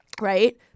Right